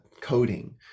coding